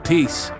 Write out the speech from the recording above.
Peace